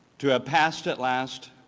to have passed at last,